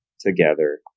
together